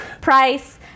price